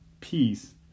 peace